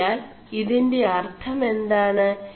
അതിനാൽ ഇതിൻെറ അർøം എാണ്